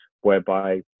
whereby